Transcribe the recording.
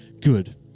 good